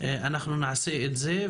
אנחנו נעשה את זה.